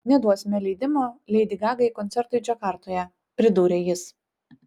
neduosime leidimo leidi gaga koncertui džakartoje pridūrė jis